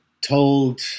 told